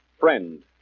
Friend